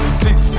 fix